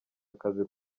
akazi